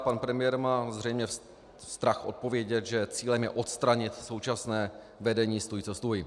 Pan premiér má zřejmě strach odpovědět, že cílem je odstranit současné vedení stůj co stůj.